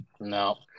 No